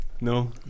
No